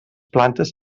plantes